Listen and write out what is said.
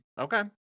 okay